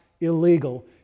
illegal